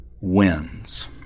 wins